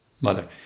mother